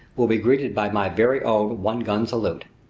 will be greeted by my very own one-gun salute.